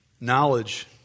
knowledge